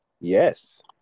Yes